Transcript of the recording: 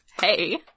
hey